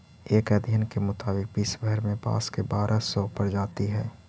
एक अध्ययन के मुताबिक विश्व भर में बाँस के बारह सौ प्रजाति हइ